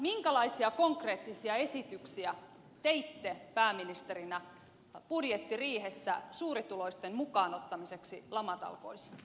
minkälaisia konkreettisia esityksiä teitte pääministerinä budjettiriihessä suurituloisten mukaan ottamiseksi lamatalkoisiin